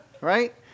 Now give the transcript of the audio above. right